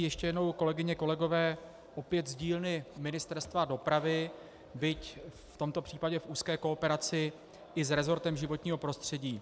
Ještě jednou, kolegyně, kolegové, opět z dílny Ministerstva dopravy, byť v tomto případě v úzké kooperaci i s resortem životního prostředí.